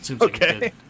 Okay